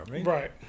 right